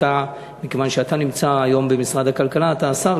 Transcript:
מכיוון שאתה נמצא היום במשרד הכלכלה ואתה השר,